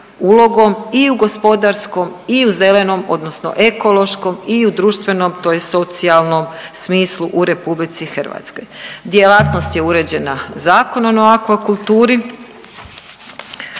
ulogom i u gospodarskom i u zelenom odnosno ekološkom i u društvenom tj. socijalnom smislu u RH. Djelatnost je uređena Zakonom o akvakulturi